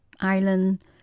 island